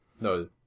no